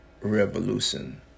revolution